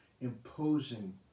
imposing